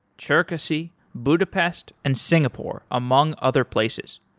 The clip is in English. cherkasy, budapest and singapore among other places.